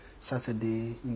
Saturday